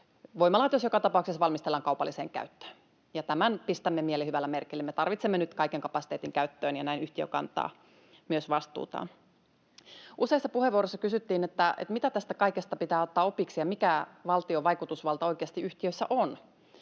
voimalaitos joka tapauksessa valmistellaan kaupalliseen käyttöön. Ja tämän pistämme mielihyvällä merkille: me tarvitsemme nyt kaiken kapasiteetin käyttöön, ja näin yhtiö kantaa myös vastuutaan. Useissa puheenvuoroissa kysyttiin, mitä tästä kaikesta pitää ottaa opiksi ja mikä valtion vaikutusvalta oikeasti yhtiöissä on.